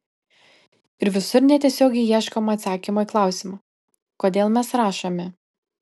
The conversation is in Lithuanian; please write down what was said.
ir visur netiesiogiai ieškoma atsakymo į klausimą kodėl mes rašome